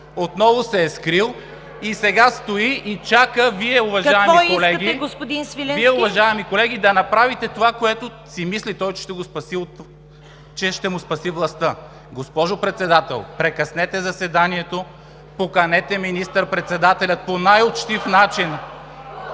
Свиленски? ГЕОРГИ СВИЛЕНСКИ: Вие, уважаеми колеги, чака да направите това, което си мисли той, че ще му спаси властта. Госпожо Председател, прекъснете заседанието, поканете министър-председателя по най-учтив начин…